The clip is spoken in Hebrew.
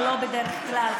או לא בדרך כלל,